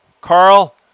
Carl